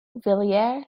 villiers